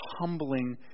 humbling